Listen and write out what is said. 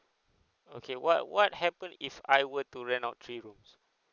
okay what what happen if I were to rent out three rooms